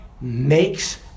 makes